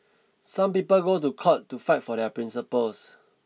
some people go to court to fight for their principles